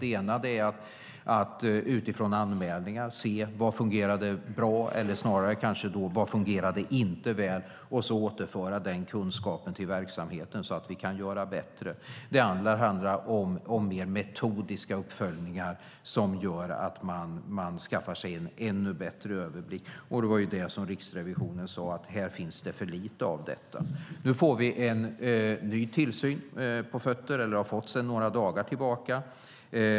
Det ena är att utifrån anmälningar se var det inte fungerar väl och sedan återföra den kunskapen till verksamheten så att man kan göra bättre. Det andra handlar om mer metodiska uppföljningar som gör att man skaffar sig en bättre överblick, och Riksrevisionen sade att det finns för lite av detta. Nu har vi en ny tillsyn sedan några dagar tillbaka.